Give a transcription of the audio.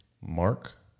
mark